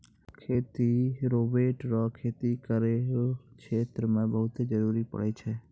खेती रोवेट रो खेती करो क्षेत्र मे बहुते जरुरी पड़ै छै